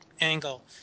angle